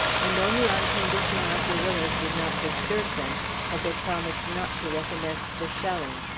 and only on condition our guerrillas did not disturb them had they promised not to recommence the shelling.